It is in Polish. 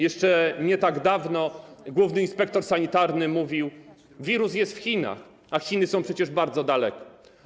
Jeszcze nie tak dawno główny inspektor sanitarny mówił: wirus jest w Chinach, a Chiny są przecież bardzo daleko.